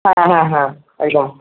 হ্যাঁ হ্যাঁ হ্যাঁ একদম